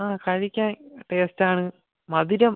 ആ കഴിക്കാൻ ടേസ്റ്റാണ് മധുരം